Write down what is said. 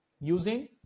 using